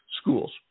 schools